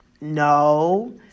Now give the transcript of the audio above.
No